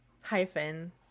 hyphen